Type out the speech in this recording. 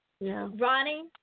Ronnie